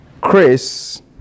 Chris